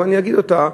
אבל אני אגיד אותה